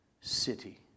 city